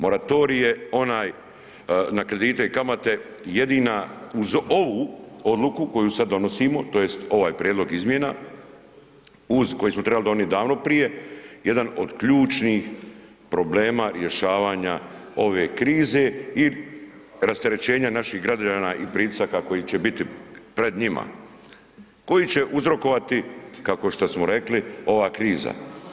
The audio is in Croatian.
Moratorij je onaj na kredite i kamate jedina uz ovu odluku koju sad donosimo tj. ovaj prijedlog izmjena uz, koji smo trebali donijeti davno prije, jedan od ključnih problema rješavanja ove krize i rasterećenja naših građana i pritisaka koji će biti pred njima, koji će uzrokovati, kako šta smo rekli, ova kriza.